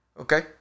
Okay